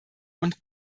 und